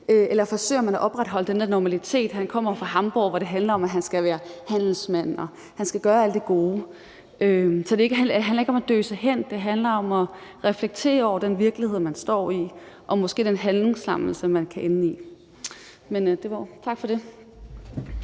Eller forsøger man at opretholde den her normalitet? Han kommer fra Hamborg, hvor det handler om, at han skal være handelsmand og skal gøre alt det gode. Så det handler ikke om at døse hen. Det handler om at reflektere over den virkelighed, man står i, og måske den handlingslammelse, man kan ende i. Det var ordene. Tak for det.